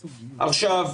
עכשיו,